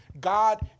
God